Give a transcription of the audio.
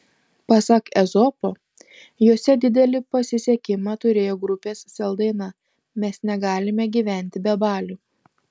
pasak ezopo jose didelį pasisekimą turėjo grupės sel daina mes negalime gyventi be balių